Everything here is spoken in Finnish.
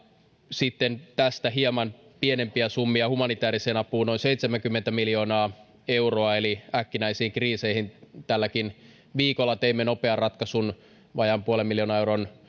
sitten tästä hieman pienempiä summia noin seitsemänkymmentä miljoonaa euroa humanitääriseen apuun eli äkkinäisiin kriiseihin tälläkin viikolla teimme nopean ratkaisun vajaan puolen miljoonan euron